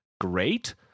great